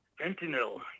fentanyl